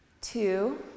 two